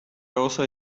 also